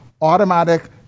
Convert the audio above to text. automatic